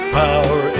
power